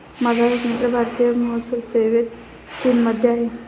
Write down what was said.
माझा एक मित्र भारतीय महसूल सेवेत चीनमध्ये आहे